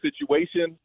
situation